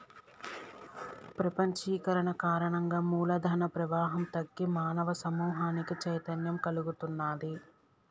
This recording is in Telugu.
ప్రపంచీకరణ కారణంగా మూల ధన ప్రవాహం తగ్గి మానవ సమూహానికి చైతన్యం కల్గుతున్నాది